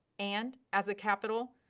and as a capital,